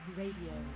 radio